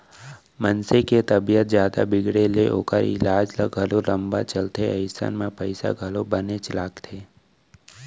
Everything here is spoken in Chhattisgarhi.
मनसे के तबीयत जादा बिगड़े ले ओकर ईलाज ह घलौ लंबा चलथे अइसन म पइसा घलौ बनेच लागथे